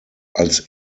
als